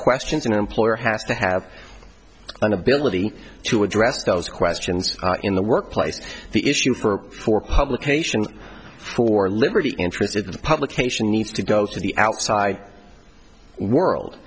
questions an employer has to have an ability to address those questions in the workplace the issue for for publication for liberty interested the publication needs to go to the outside world